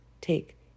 take